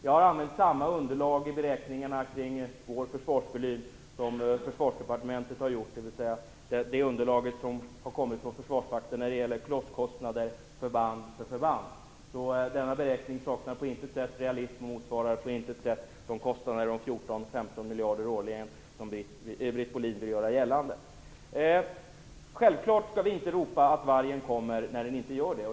Jag har använt samma underlag vid beräkningarna av försvarsvolym som Försvarsdepartementet, dvs. Försvarsmaktens underlag när det gäller klotskostnader förband för förband. Denna beräkning saknar på intet sätt realism och motsvarar på intet sätt de kostnader om 14-15 miljarder kronor årligen, som Britt Bohlin vill göra gällande. Självfallet skall vi inte ropa att vargen kommer när den inte gör det.